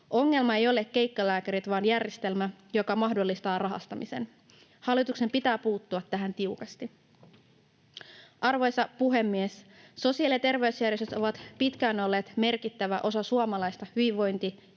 Ongelma eivät ole keikkalääkärit vaan järjestelmä, joka mahdollistaa rahastamisen. Hallituksen pitää puuttua tähän tiukasti. Arvoisa puhemies! Sosiaali- ja terveysjärjestöt ovat pitkään olleet merkittävä osa suomalaista